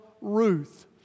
Ruth